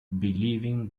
believing